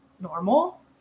normal